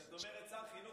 כשאת אומרת שר חינוך,